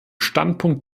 standpunkt